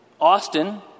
Austin